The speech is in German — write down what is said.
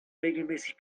regelmäßig